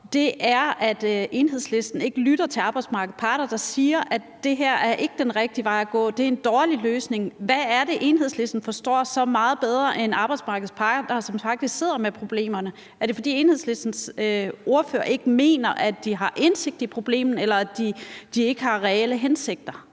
det er, at Enhedslisten ikke lytter til arbejdsmarkedets parter, der siger, at det her ikke er den rigtige vej at gå, og at det er en dårlig løsning. Hvad er det, Enhedslisten forstår så meget bedre end arbejdsmarkedets parter, som faktisk sidder med problemerne? Er det, fordi Enhedslistens ordfører mener, at de ikke har indsigt i problemerne, eller at de ikke har reelle hensigter?